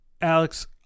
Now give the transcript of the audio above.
alex